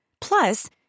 Plus